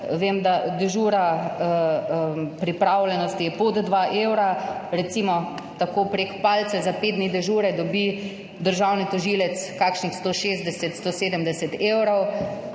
vem, da je dežura pripravljenosti pod 2 evra. Recimo tako preko palca, za pet dni dežurstva dobi državni tožilec kakšnih 160, 170 evrov,